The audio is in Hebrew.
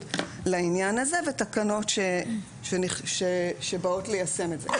לעניין הזה ותקנות שבאות ליישם את זה.